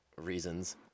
reasons